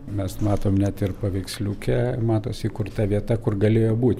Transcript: mes matom net ir paveiksliuke matosi kur ta vieta kur galėjo būt